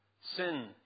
Sin